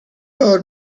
old